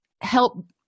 help